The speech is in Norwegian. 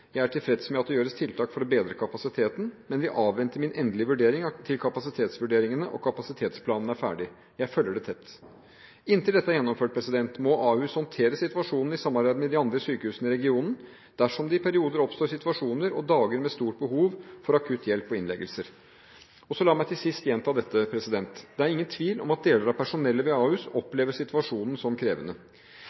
Jeg er tilfreds med at det gjøres tiltak for å bedre kapasiteten, men vil avvente min endelige vurdering til kapasitetsvurderingene og kapasitetsplanen er ferdig. Jeg følger det tett. Inntil dette er gjennomført, må Ahus håndtere situasjonen i samarbeid med de andre sykehusene i regionen dersom det i perioder oppstår situasjoner og dager med stort behov for akutt hjelp og innleggelser. La meg til sist gjenta dette: Det er ingen tvil om at deler av personellet ved Ahus opplever situasjonen som krevende.